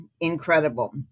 incredible